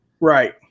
Right